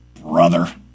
Brother